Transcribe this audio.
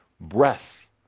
breath